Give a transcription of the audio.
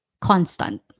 constant